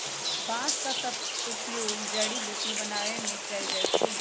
बांस का उपयोग जड़ी बुट्टी बनाबे में कएल जाइ छइ